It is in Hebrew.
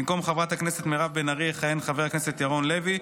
במקום חברת הכנסת מירב בן ארי יכהן חבר הכנסת ירון לוי.